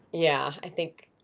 yeah, i think.